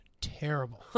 Terrible